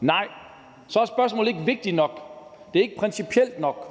for så er spørgsmålet ikke vigtigt nok, det er ikke principielt nok.